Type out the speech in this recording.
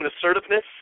assertiveness